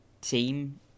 team